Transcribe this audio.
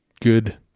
good